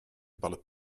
bullet